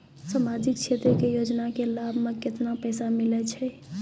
समाजिक क्षेत्र के योजना के लाभ मे केतना पैसा मिलै छै?